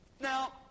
Now